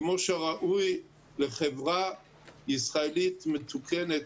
כמו שראוי לחברה ישראלית מתוקנת.